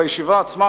בישיבה עצמה,